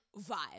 vibe